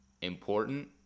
important